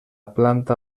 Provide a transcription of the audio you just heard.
planta